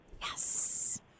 yes